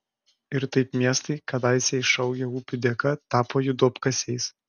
ir taip miestai kadaise išaugę upių dėka tapo jų duobkasiais